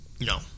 No